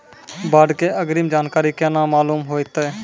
बाढ़ के अग्रिम जानकारी केना मालूम होइतै?